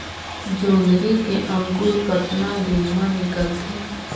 जोंदरी के अंकुर कतना दिन मां निकलथे?